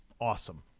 awesome